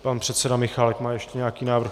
Pan předseda Michálek má ještě nějaký návrh.